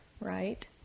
right